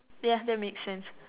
ya that makes sense